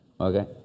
okay